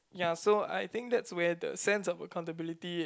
ya so I think that's where the sense of accountability